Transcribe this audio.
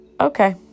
okay